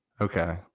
Okay